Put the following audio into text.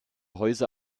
häuser